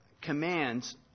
commands